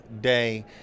day